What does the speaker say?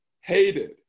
hated